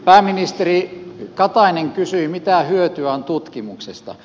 pääministeri katainen kysyi mitä hyötyä on tutkimuksesta